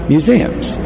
Museums